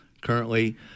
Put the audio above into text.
currently